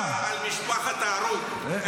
אינתיפאדה על משפחת ההרוג, זה מה שכואב לי.